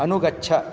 अनुगच्छ